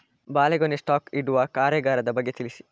ಬಾಳೆಗೊನೆ ಸ್ಟಾಕ್ ಇಡುವ ಕಾರ್ಯಗಾರದ ಬಗ್ಗೆ ತಿಳಿಸಿ